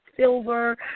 silver